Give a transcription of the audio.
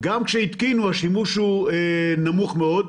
התקינו כלים אחרים, אבל השימוש בהם נמוך מאוד.